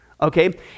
okay